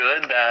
good